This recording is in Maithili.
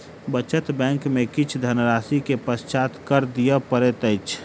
बचत बैंक में किछ धनराशि के पश्चात कर दिअ पड़ैत अछि